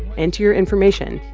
enter your information,